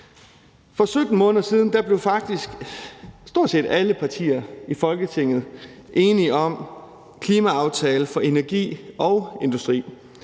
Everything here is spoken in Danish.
For 17 måneder siden blev stort set alle partier i Folketinget enige om »Klimaaftale for energi og industri